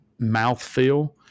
mouthfeel